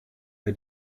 bei